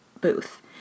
Booth